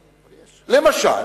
למשל,